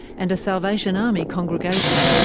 and a salvation army congregation.